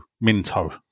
Minto